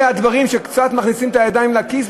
אלא הדברים שבהם קצת מכניסים את הידיים לכיס,